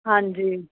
ਹਾਂਜੀ